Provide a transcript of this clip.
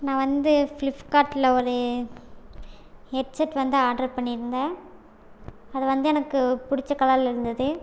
நான் வந்து ஃப்ளிஃப்கார்டில் ஒரு ஹெட்செட் வந்து ஆடர் பண்ணியிருந்தேன் அது வந்து எனக்கு பிடிச்ச கலரில் இருந்தது